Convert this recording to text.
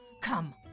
Come